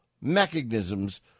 mechanisms